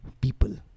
people